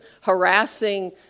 harassing